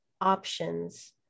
options